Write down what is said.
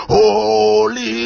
Holy